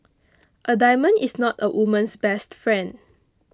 a diamond is not a woman's best friend